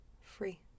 free